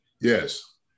Yes